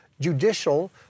judicial